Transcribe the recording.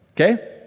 Okay